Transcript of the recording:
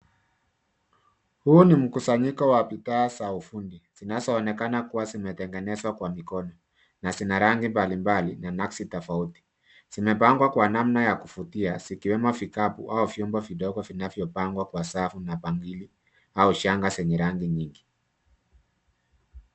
Huu ni mkusanyiko wa bidhaa za ufundi zinazoonekana kuwa zimetengenezwa kwa mikono na zina rangi mbalimbali na nakshi tofauti. Zimepangwa kwa namna ya kuvutia zikiwemo vikapu au vyombo vidogo vinavyopangwa kwa safu na bangili au shanga zenye rangi nyingi.